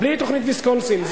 בלי תוכנית ויסקונסין.